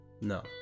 No